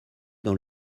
dans